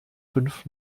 fünf